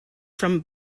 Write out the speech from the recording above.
from